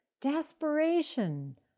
Desperation